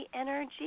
energy